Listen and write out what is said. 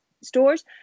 stores